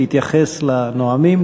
להתייחס לנואמים,